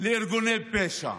לארגוני פשע.